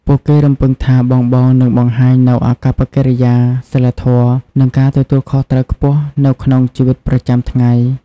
ពួកគេរំពឹងថាបងៗនឹងបង្ហាញនូវអាកប្បកិរិយា សីលធម៌ និងការទទួលខុសត្រូវខ្ពស់នៅក្នុងជីវិតប្រចាំថ្ងៃ។